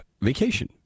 vacation